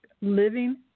living